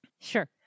Sure